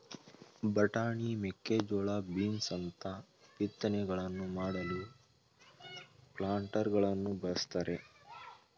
ಬಟಾಣಿ, ಮೇಕೆಜೋಳ, ಬೀನ್ಸ್ ಅಂತ ಬಿತ್ತನೆಗಳನ್ನು ಮಾಡಲು ಪ್ಲಾಂಟರಗಳನ್ನು ಬಳ್ಸತ್ತರೆ